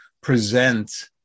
present